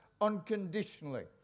unconditionally